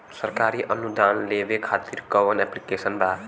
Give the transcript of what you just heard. सरकारी अनुदान लेबे खातिर कवन ऐप्लिकेशन बा?